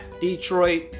Detroit